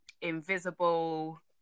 invisible